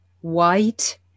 white